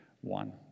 one